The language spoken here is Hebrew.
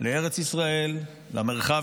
לארץ ישראל, למרחב